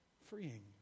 Freeing